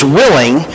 willing